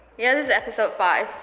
yeah this is episode five,